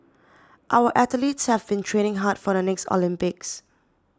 our athletes have been training hard for the next Olympics